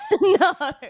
no